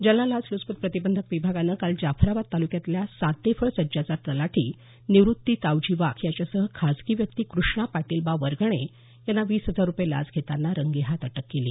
जालना लाचल्चपत प्रतिबंधक विभागानं काल जाफराबाद ताल्क्यातल्या सातेफळ सज्जाचा तलाठी निवृत्ती तावजी वाघ याच्यासह खाजगी व्यक्ती कृष्णा पाटीलबा वरगणे यांना वीस हजार रुपये लाच घेताना रंगेहाथ अटक केली